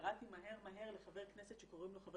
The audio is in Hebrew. וקראתי מהר מהר לחבר כנסת שקוראים לו חבר